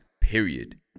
period